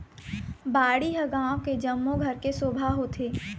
बाड़ी ह गाँव के जम्मो घर के शोभा होथे